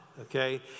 okay